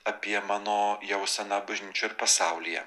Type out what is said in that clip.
apie mano jauseną bažnyčioj ir pasaulyje